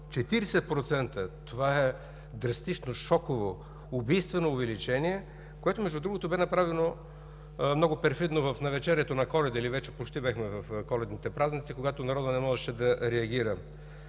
40%, е драстично, шоково, убийствено увеличение, което, между другото, бе направено много перфидно в навечерието на Коледа, или вече почти бяхме в коледните празници, когато народът не можеше да реагира.